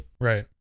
Right